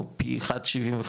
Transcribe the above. או פי 1.75,